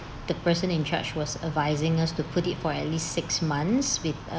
the person-in-charge was advising us to put it for at least six months with